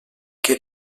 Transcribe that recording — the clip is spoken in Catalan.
que